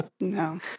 No